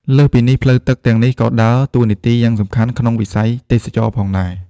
លើសពីនេះ ផ្លូវទឹកទាំងនេះក៏ដើរតួនាទីយ៉ាងសំខាន់ក្នុងវិស័យទេសចរណ៍ផងដែរ។